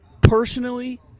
personally